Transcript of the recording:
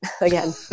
again